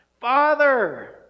Father